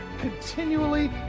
continually